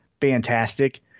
Fantastic